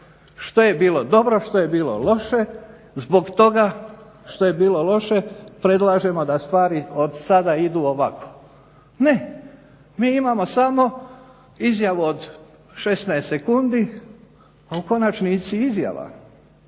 što je bilo dobro, što je bilo loše. Zbog toga što je bilo loše predlažemo da stvari od sada idu ovako. Ne, mi imamo samo izjavu od 16 sekundi, a u konačnici izjava